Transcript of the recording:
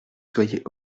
soyez